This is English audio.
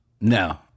No